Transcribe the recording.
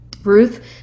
Ruth